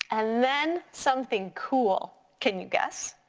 and then something cool, can you guess?